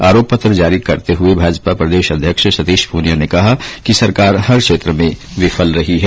आरोप पत्र जारी करते हुए भाजपा प्रदेश अध्यक्ष सतीश पूनिया ने कहा कि सरकार हर क्षेत्र में विफल रही है